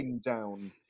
down